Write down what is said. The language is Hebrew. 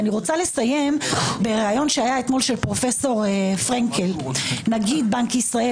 אני רוצה לסיים בראיון שהיה אתמול של פרופ' פרנקל נגיד בנק ישראל.